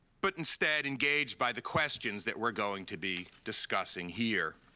but instead engaged by the questions that we're going to be discussing here.